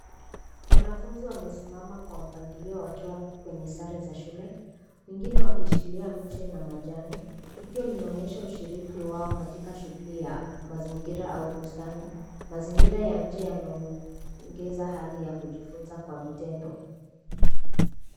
Wanafunzi wamesimama kwa mpangilio wakiwa kwenye sare za shule, wengine wakishikilia miche na majani. Tukio linaonyesha ushiriki wao katika shughuli ya mazingira au bustani. Mazingira ya nje yanaongeza hali ya kujifunza kwa vitendo.